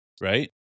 right